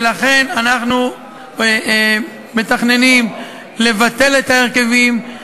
ולכן אנחנו מתכננים לבטל את ההרכבים.